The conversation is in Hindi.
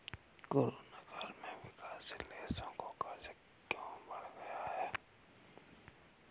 कोरोना काल में विकासशील देशों का कर्ज क्यों बढ़ गया है?